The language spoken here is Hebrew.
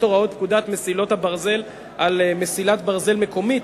הוראות פקודת מסילות הברזל על מסילת ברזל מקומית,